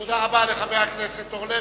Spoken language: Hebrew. תודה רבה לחבר הכנסת אורלב.